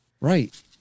Right